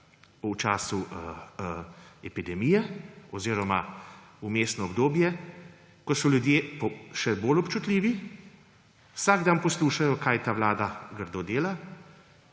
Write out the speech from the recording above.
v času epidemije oziroma v vmesnem obdobju, ko so ljudje še bolj občutljivi. Vsak dan poslušajo, kaj ta vlada grdo dela,